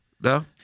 no